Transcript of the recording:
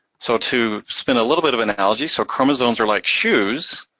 so to spin a little bit of an analogy, so chromosomes are like shoes,